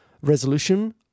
resolution